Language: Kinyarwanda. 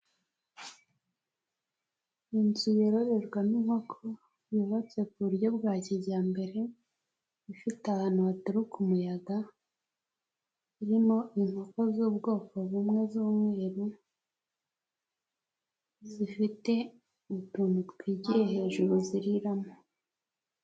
Inzu yororerwamo inkoko yubatse ku buryo bwa kijyambere, ifite ahantu haturuka umuyaga irimo inkoko z'ubwoko bumwe z'umweru, zifite utuntu twigiye hejuru ziriramo.